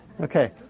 Okay